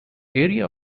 area